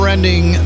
Ending